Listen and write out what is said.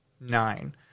nine